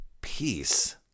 peace